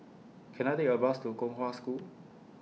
Can I Take A Bus to Kong Hwa School